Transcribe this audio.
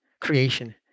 creation